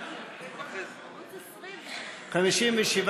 ההסתייגות (356) של קבוצת סיעת הרשימה המשותפת לסעיף 1 לא נתקבלה.